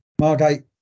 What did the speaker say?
Margate